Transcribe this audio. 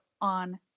on